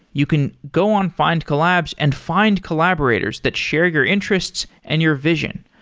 you can go on findcollabs and find collaborators that share your interests and your vision.